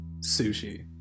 Sushi